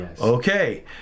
Okay